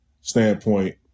standpoint